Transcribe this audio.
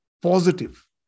positive